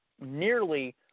nearly